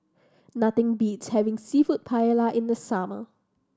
nothing beats having Seafood Paella in the summer